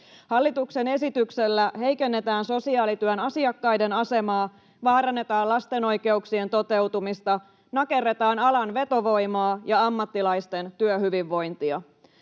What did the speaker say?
Hallituksen esityksellä heikennetään sosiaalityön asiakkaiden asemaa, vaarannetaan lasten oikeuksien toteutumista, nakerretaan alan vetovoimaa ja ammattilaisten työhyvinvointia.